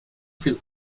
viel